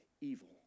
evil